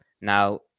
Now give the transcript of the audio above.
now